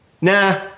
Nah